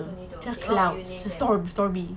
tornado okay what would you name them